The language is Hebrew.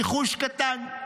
ניחוש קטן,